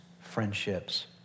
friendships